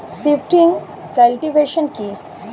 Shifting cultivation কি?